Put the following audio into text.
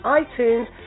iTunes